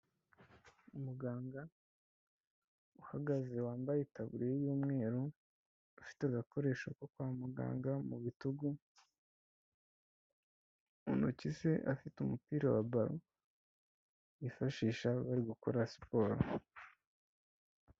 Umuganga uhagaze wambaye itaburiya y'umweru afite agakoresho ko kwa muganga mu bitugu, mu ntoki ze afite umupira wa balo bifashisha bari gukora siporo.